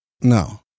No